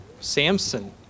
Samson